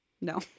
No